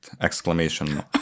exclamation